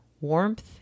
warmth